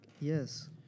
yes